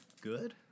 good